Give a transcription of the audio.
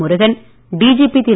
Murugan DGP Thiru